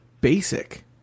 basic